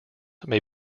may